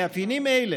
מאפיינים אלה,